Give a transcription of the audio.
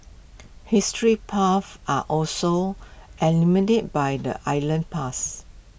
history buffs are also enamoured by the island's past